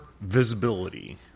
visibility